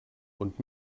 und